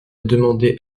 demandé